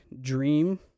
dream